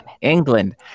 England